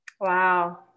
Wow